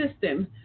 system